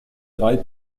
drei